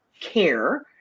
care